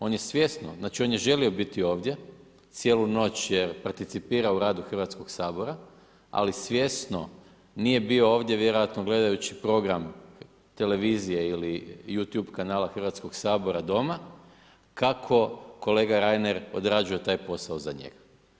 On je svjesno, znači on je želio biti ovdje, cijelu noć je participirao u radu Hrvatskog sabora, ali svjesno nije bio ovdje vjerojatno gledajući program televizije ili You Tube kanala Hrvatskog sabora doma kako kolega Reiner odrađuje taj posao za njega.